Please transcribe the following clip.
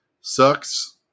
sucks